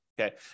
okay